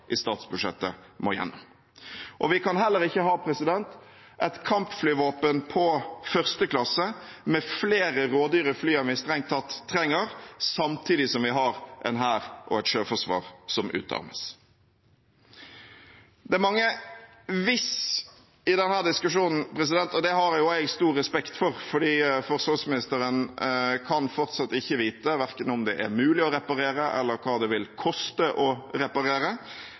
i statsbudsjettet må gjennom. Vi kan heller ikke ha et kampflyvåpen på første klasse, med flere rådyre fly enn vi strengt tatt trenger, samtidig som vi har en hær og et sjøforsvar som utarmes. Det er mange «hvis» i denne diskusjonen, og det har jeg stor respekt for, for forsvarsministeren kan fortsatt ikke vite verken om det er mulig å reparere eller hva det vil koste å reparere,